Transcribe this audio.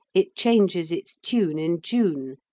it changes its tune in june,